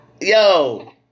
yo